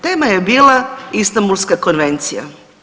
Tema je bila Istanbulska konvencija.